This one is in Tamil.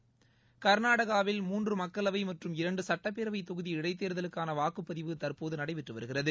மக்களவை கர்நாடகாவில் மூன்று மற்றும் இரண்டு சுட்ப்பேரவைத் தொகுதி இடைத்தேர்தலுக்கான வாக்குப்பதிவு தற்போது நடைபெற்று வருகிறது